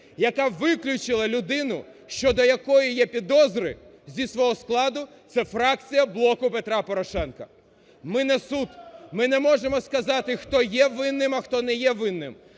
яка виключила людину, щодо якої є підозри зі свого складу, це фракція "Блоку Петра Порошенка". Ми не суд, ми не можемо сказати, хто є винним, а хто не є винним.